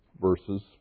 verses